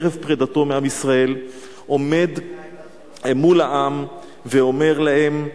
ערב פרידתו מעם ישראל עומד מול העם ואומר להם,